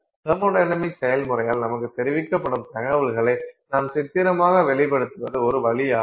thermodynamics செயல்முறையால் நமக்கு தெரிவிக்கப்படும் தகவல்களை நாம் சித்திரமாக வெளிப்படுத்துவது ஒரு வழியாகும்